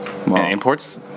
imports